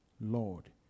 Lord